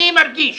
אני מרגיש